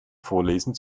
vorlesen